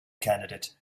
candidate